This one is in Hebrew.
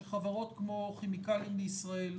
שחברות כמו "כימיקלים לישראל"